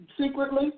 secretly